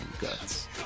Guts